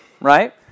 right